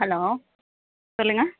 hello சொல்லுங்கள்